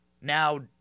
Now